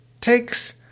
takes